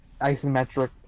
isometric